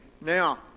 Now